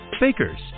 Baker's